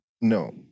No